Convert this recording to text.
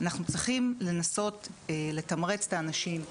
אנחנו צריכים לנסות לתמרץ את האנשים,